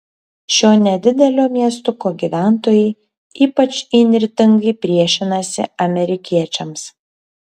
šio nedidelio miestuko gyventojai ypač įnirtingai priešinasi amerikiečiams